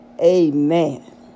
Amen